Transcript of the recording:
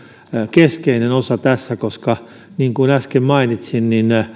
keskeinen osa tässä koska niin kuin äsken mainitsin